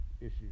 issues